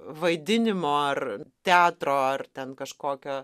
vaidinimo ar teatro ar ten kažkokio